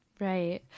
Right